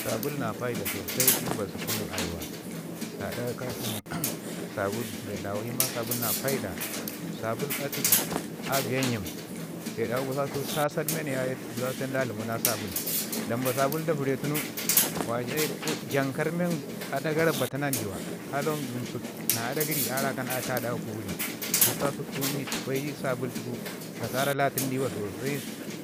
Sabil na paida sosai i mbasu kə nin ayuwa gaɗa kasin sabil bee ɗawu ima sabil na paiɗa, sabil atu aviya nyim bee dawu gusus kasau sasad men se nda dlamau na sabil. Dan ba sabil danbare tunu wa ci ai ko jankarr men aɗa gara batana nɗiwa ka lawan gamsək na aɗa gəri a rakan a tlada aku gəri. Gusku kasau ni təfayi sabil tuku nasara latidi wa wa sosai